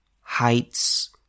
heights